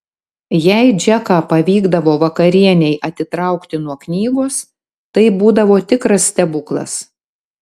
jei džeką pavykdavo vakarienei atitraukti nuo knygos tai būdavo tikras stebuklas